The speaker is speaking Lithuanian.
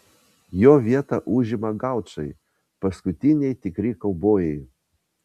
jo vietą užima gaučai paskutiniai tikri kaubojai